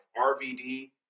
RVD